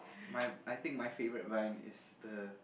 my I think my favourite vine is the